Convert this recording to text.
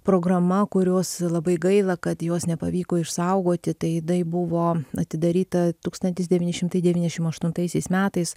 programa kurios labai gaila kad jos nepavyko išsaugoti tai dai buvo atidaryta tūkstantis devyni šimtai devyniasdešim aštuntaisiais metais